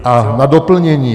Na doplnění.